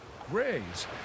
grays